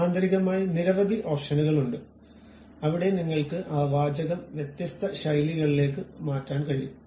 ആന്തരികമായി നിരവധി ഓപ്ഷനുകൾ ഉണ്ട് അവിടെ നിങ്ങൾക്ക് ആ വാചകം വ്യത്യസ്ത ശൈലികളിലേക്ക് മാറ്റാൻ കഴിയും